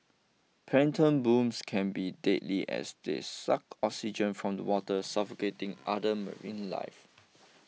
plankton blooms can be deadly as they suck oxygen from the water suffocating other marine life